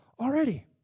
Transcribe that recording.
already